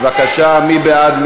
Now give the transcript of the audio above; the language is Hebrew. בבקשה, מי בעד?